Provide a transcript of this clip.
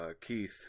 keith